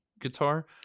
guitar